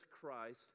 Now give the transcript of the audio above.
Christ